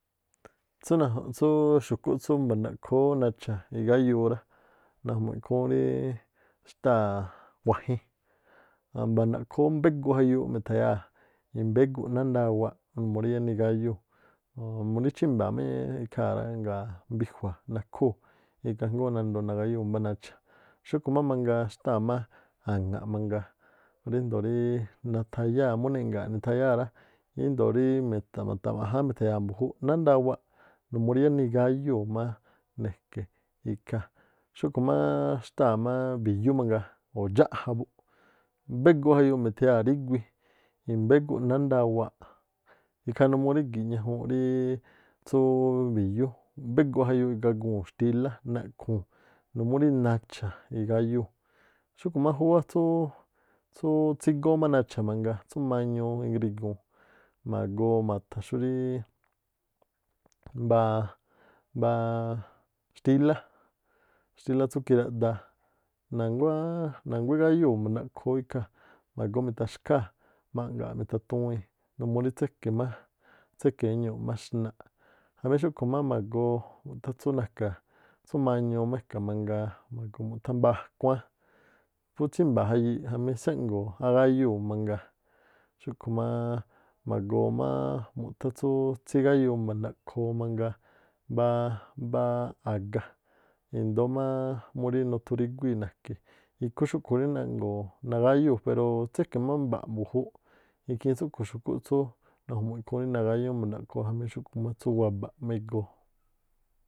Tsúú tsúú xu̱ꞌkúꞌ tsú mba̱nꞌdaꞌkoo ú nacha̱ igáyuu rá, na̱ju̱mu̱ꞌ ikhúú rá rí xtáa̱ wajin mba̱nꞌdaꞌkoo ú mbéguꞌ jayuuꞌ mitha̱yaa̱ꞌ i̱mbéguꞌ nándawaa̱ꞌ numuu rí yáá nigáyúu̱ o̱o̱n murí chímba̱a̱ míí ikhaa̱ rá, ngaa̱ mbijua̱ nakhúu̱. Ikhaa jngóó nandoo nagáyúu̱ mbá nacha̱. Xúꞌkhu̱ má mangaa xtáa̱ má a̱ŋa̱ꞌ mangaa ríjndoo̱ ríí natháyáa̱, mú neꞌnga̱a̱ nithayáa̱ rá, índo̱o ríí mi̱ta̱mátaꞌjáán mi̱ꞌtha̱yaa̱ mbu̱júúꞌ, nándawaa̱ꞌ numuu rí yáá nigáyuu̱ má ne̱ke̱ ikhaa̱. Xúꞌkhu̱ máá xtáa̱ má bi̱yú mangaa oh, dxáꞌjan buꞌ, mbéguꞌ jayuuꞌ mi̱tha̱yaa̱ ríguii, i̱mbéguꞌ nándawaa̱ꞌ ikhaa numuu rígi̱ꞌ ñajuunꞌ ríi tsúú bi̱yú mbéguꞌ jayuuꞌ igaguu̱n xtílá na̱ꞌkhuu̱n numuu rí nacha̱ igáyúu̱. Xúꞌkhu̱ má júwá tsúú tsígóó má nacha̱ mangaa, tsú mañuu ngriguu̱n mago̱o̱ ma̱tha̱ xúríí mbáá mbáá xtílá tsú kiraꞌdaa na̱nguá igáyúu̱ ma̱ndaꞌkhoo ú ikhaa̱, ma̱goo mitha̱xkháa̱ ma̱ꞌnga̱a̱ mita̱tuwiii̱n numuu rí tséke̱ éñúu̱ꞌ má xnaꞌ. Jamí xúꞌkhu̱ má ma̱goo mu̱ꞌthá tsú ma̱ñuu má e̱ka̱ mangaa ma̱goo mu̱ꞌthá mbáá akhuáán phú tsímba̱a̱ jayii̱ꞌ jamí tséꞌngo̱o̱ ágáyúu̱ mangaa. Xúꞌkhu̱ má ma̱goo máá mu̱ꞌthá tsú tsígáyuu mba̱ndaꞌkhoo mangaa mbáá- mbáá aga̱, i̱ndóó má mú rí nuthuríguíi̱ na̱ke̱ ikhú xúꞌkhu̱ rí naꞌngo̱o̱ nagáyúu̱ pero tséke̱ má mba̱ꞌ mbu̱júúꞌ. Ikhiin tsúꞌkhu̱ xu̱kúꞌ tsú naju̱mu̱ꞌ ikkhúún rí nagáñúú mba̱ndaꞌkhoo jamí xúꞌkhu̱ má tsú wabaꞌ igóó.